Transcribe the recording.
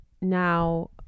now